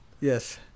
Yes